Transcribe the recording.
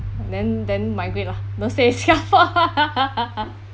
then then migrate lah don't stay in singapore